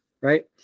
right